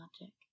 magic